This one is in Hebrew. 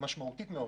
משמעותית מאוד